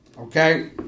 Okay